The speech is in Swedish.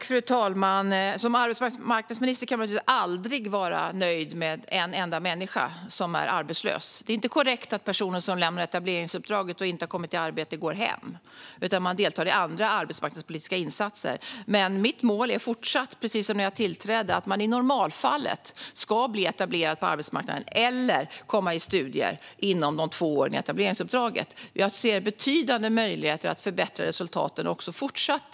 Fru talman! Som arbetsmarknadsminister kan man naturligtvis aldrig vara nöjd så länge en enda människa är arbetslös. Det är dock inte korrekt att personer som lämnar etableringsuppdraget utan att ha kommit i arbete går hem, utan de deltar i andra arbetsmarknadspolitiska insatser. Mitt mål är fortsatt, precis som när jag tillträdde, att man i normalfallet ska bli etablerad på arbetsmarknaden eller komma i studier inom de två åren i etableringsuppdraget. Jag ser betydande möjligheter att fortsatt förbättra dessa resultat.